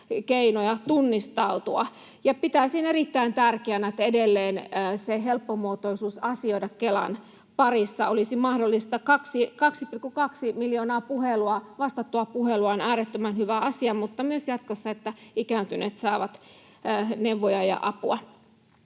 keinoja tunnistautua. Pitäisin erittäin tärkeänä, että edelleen se helppomuotoisuus Kelan parissa asioinnissa olisi mahdollista. 2,2 miljoonaa vastattua puhelua on äärettömän hyvä asia, mutta myös jatkossa on tärkeää, että ikääntyneet saavat neuvoja ja apua.